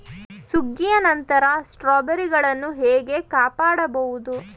ಸುಗ್ಗಿಯ ನಂತರ ಸ್ಟ್ರಾಬೆರಿಗಳನ್ನು ಹೇಗೆ ಕಾಪಾಡ ಬಹುದು?